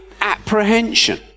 apprehension